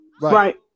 right